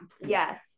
Yes